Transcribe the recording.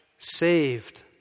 saved